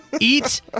Eat